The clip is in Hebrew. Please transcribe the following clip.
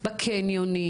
בקניונים.